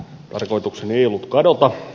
tarkoitukseni ei ollut kadota